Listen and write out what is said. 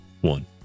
one